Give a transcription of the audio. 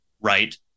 Right